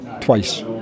twice